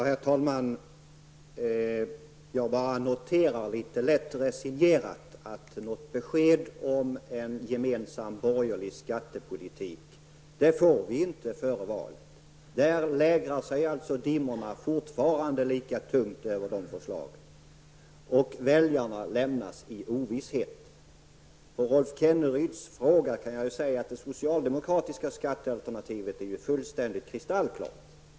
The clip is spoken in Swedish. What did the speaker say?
Herr talman! Jag noterar litet lätt resignerat att något besked om en gemensam borgerlig skattepolitik får vi inte före valet. Där lägrar sig alltså dimmorna fortfarande lika tungt över förslaget och väljarna lämnas i ovisshet. På Rolf Kenneryds fråga kan jag svara att det socialdemokratiska skattealternativet är fullständigt kristallklart.